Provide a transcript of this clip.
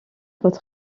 votre